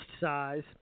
size